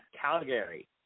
Calgary